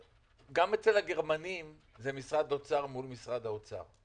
אצל הגרמנים זה משרד אוצר מול משרד אוצר.